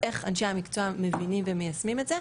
איך אנשי המקצוע מבינים ומיישמים את זה,